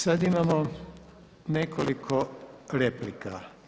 Sad imamo nekoliko replika.